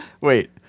Wait